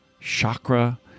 chakra